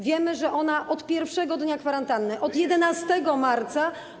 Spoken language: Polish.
Wiemy, że ona od pierwszego dnia kwarantanny, od 11 marca.